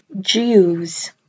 Jews